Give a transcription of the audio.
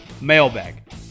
mailbag